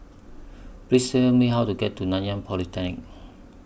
Please Tell Me How to get to Nanyang Polytechnic